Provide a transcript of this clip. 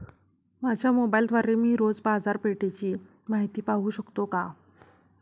माझ्या मोबाइलद्वारे मी रोज बाजारपेठेची माहिती पाहू शकतो का?